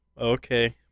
Okay